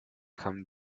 come